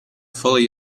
fully